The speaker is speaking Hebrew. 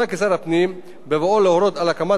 בבואו להורות על הקמת ועדה חקלאית בעיריות,